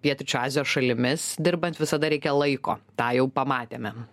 pietryčių azijos šalimis dirbant visada reikia laiko tą jau pamatėme